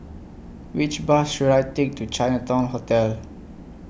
Which Bus should I Take to Chinatown Hotel